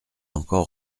encore